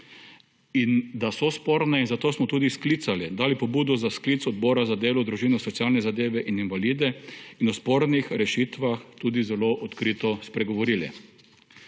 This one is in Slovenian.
in da so sporne in zato smo tudi sklicali, dali pobudo za sklic Odbora za delo, družino, socialne zadeve in invalide in o spornih rešitvah tudi zelo odkrito spregovorili.